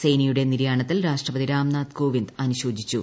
സെയിനിയുടെ നിര്യാണത്തിൽ രാഷ്ട്രപതി രാംനാഥ് കോവിന്ദ് അനുശോചിച്ചു